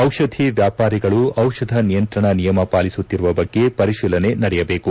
ದಿಷಧಿ ವ್ಯಾಪಾರಿಗಳು ದಿಷಧ ನಿಯಂತ್ರಣ ನಿಯಮ ಪಾಲಿಸುತ್ತಿರುವ ಬಗ್ಗೆ ಪರಿತೀಲನೆ ನಡೆಯಬೇಕು